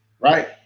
Right